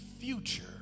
future